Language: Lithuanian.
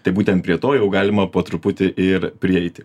tai būtent prie to jau galima po truputį ir prieiti